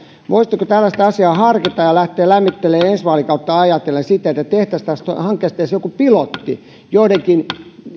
voisitteko tämmöistä asiaa harkita ja lähteä lämmittelemään ensi vaalikautta ajatellen sitä että tehtäisiin tästä hankkeesta edes joku pilotti joidenkin